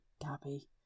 Gabby